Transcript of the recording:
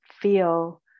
feel